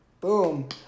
boom